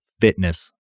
fitness